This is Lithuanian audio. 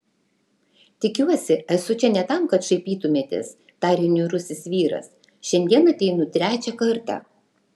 tikiuosi esu čia ne tam kad šaipytumėtės tarė niūrusis vyras šiandien ateinu trečią kartą